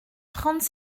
trente